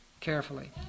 carefully